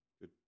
Good